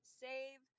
save